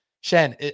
Shen